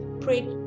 pray